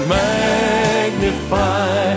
magnify